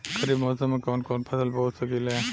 खरिफ मौसम में कवन कवन फसल बो सकि ले?